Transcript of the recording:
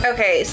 Okay